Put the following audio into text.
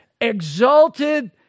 exalted